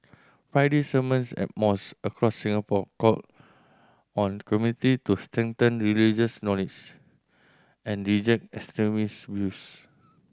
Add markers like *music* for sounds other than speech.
Friday sermons at mos across Singapore called on community to strengthen religious *unintelligible* and reject extremist views